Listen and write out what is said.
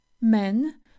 men